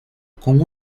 con